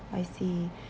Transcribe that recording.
I see